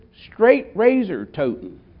straight-razor-toting